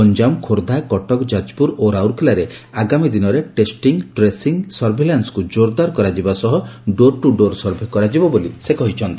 ଗ୍ଞାମଖୋର୍ବ୍ଧା କଟକଯାଜପ୍ରର ଓ ରାଉରକେଲାରେ ଆଗାମୀ ଦିନରେ ଟେଷ୍ଟିଂ ଟ୍ରେସିଂସର୍ଭେଲାନ୍କୁ ଜୋରଦାର କରାଯିବା ସହ ଡୋର ଟୁ ଡୋର ସର୍ଭେ କରାଯିବ ବୋଲି ସେ କହିଛନ୍ତି